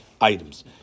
items